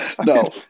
no